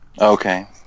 Okay